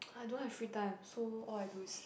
I don't have free time so all I do is sleep